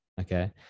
okay